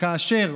וכאשר